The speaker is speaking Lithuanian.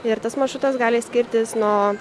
ir tas maršrutas gali skirtis nuo